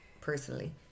Personally